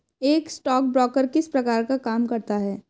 एक स्टॉकब्रोकर किस प्रकार का काम करता है?